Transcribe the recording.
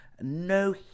no